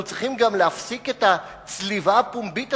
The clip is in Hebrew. אנחנו צריכים גם להפסיק את הצליבה הפומבית